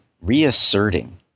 reasserting